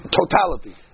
totality